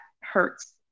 hurts